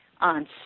on